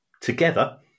together